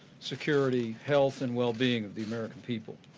security, health, and well being of the american people.